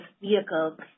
vehicles